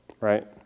Right